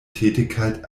tätigkeit